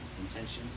intentions